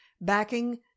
backing